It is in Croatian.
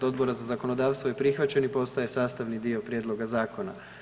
Odbora za zakonodavstvo je prihvaćen i postaje sastavni dio prijedloga zakona.